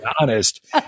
honest